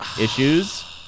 issues